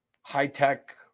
high-tech –